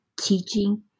teaching